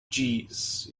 jeez